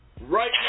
right